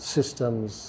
Systems